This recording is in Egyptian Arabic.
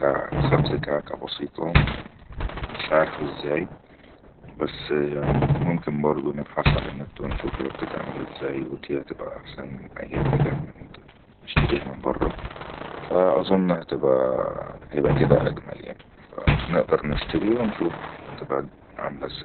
خبز كعكه بسيطة شعارف ازاي بس يعني ممكن برضو نبحس على النت و نشوف هي بتتعمل ازاي وديها تبقى احسن من اي حاجة احنا ممكن اشتريها من بره فأظن ها-هتبئي بقى كده اجمل فنئدر نشتري ونشوف هتبئا عامله ازاي